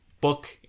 book